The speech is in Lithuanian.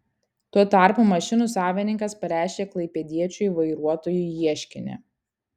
tuo tarpu mašinų savininkas pareiškė klaipėdiečiui vairuotojui ieškinį